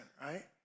right